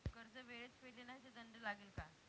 कर्ज वेळेत फेडले नाही तर दंड लागेल का?